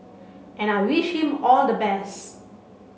and I wish him all the best